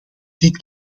dit